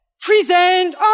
Present